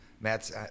Matt's